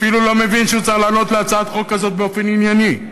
אפילו לא מבין שהוא צריך לענות על הצעת חוק כזאת באופן ענייני.